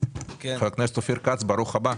חבר הכנסת אופיר כץ, ברוך הבא.